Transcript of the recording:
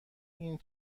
این